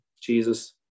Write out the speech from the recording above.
Jesus